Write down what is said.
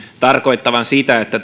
tarkoittavan sitä että